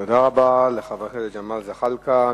תודה רבה לחבר הכנסת ג'מאל זחאלקה,